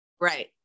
Right